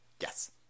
Yes